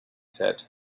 said